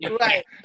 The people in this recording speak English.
Right